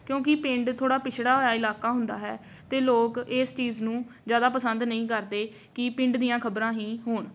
ਕਿਉਂਕਿ ਪਿੰਡ ਥੋੜ੍ਹਾ ਪਿਛੜਾ ਹੋਇਆ ਇਲਾਕਾ ਹੁੰਦਾ ਹੈ ਅਤੇ ਲੋਕ ਇਸ ਚੀਜ਼ ਨੂੰ ਜ਼ਿਆਦਾ ਪਸੰਦ ਨਹੀਂ ਕਰਦੇ ਕਿ ਪਿੰਡ ਦੀਆਂ ਖ਼ਬਰਾਂ ਹੀ ਹੋਣ